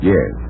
Yes